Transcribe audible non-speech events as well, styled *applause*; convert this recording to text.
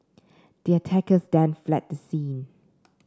the attackers then fled the scene *noise*